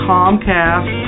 Comcast